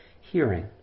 hearing